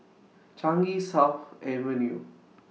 Changi South Avenue